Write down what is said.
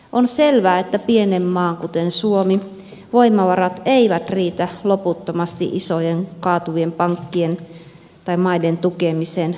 on selvää että pienen maan kuten suomen voimavarat eivät riitä loputtomasti isojen kaatuvien pankkien tai maiden tukemiseen